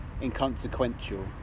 inconsequential